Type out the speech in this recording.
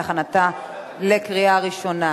להכנתה לקריאה ראשונה.